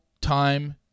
time